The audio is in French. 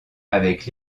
avec